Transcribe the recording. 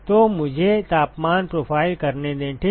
तो मुझे तापमान प्रोफ़ाइल करने दें ठीक